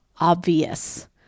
obvious